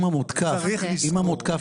אם המותקף